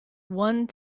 one